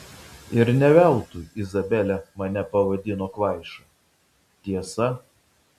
ir ne veltui izabelė mane pavadino kvaiša tiesa